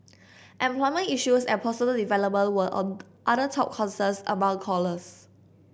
employment issues and personal development were other top concerns among callers